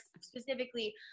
specifically